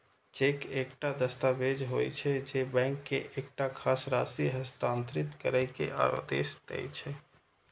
cheque एकटा दस्तावेज होइ छै, जे बैंक के एकटा खास राशि हस्तांतरित करै के आदेश दै छै